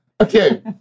Okay